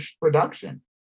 production